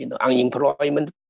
unemployment